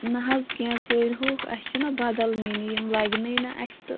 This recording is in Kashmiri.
نَہ حظ کیٚنٛہہ کٔرۍ ہوکھ اسہِ چھِنہ بدل نِنہِ یِم لگنٕے نہٕ اسہِ تہٕ